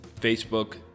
Facebook